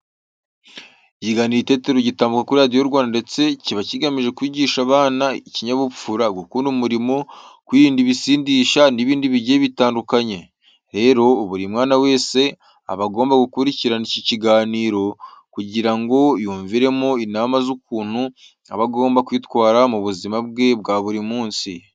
Ikiganiro Itetero gitambuka kuri Radiyo Rwanda ndetse kiba kigamije kwigisha abana ikinyabupfura, gukunda umurimo, kwirinda ibisindisha n'ibindi bigiye bitandukanye. Rero, buri mwana wese aba agomba gukurikirana iki kiganiro kugira ngo yumviremo inama z'ukuntu aba agomba kwitwara mu buzima bwe bwa buri munsi.